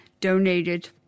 donated